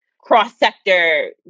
cross-sector